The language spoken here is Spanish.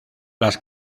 las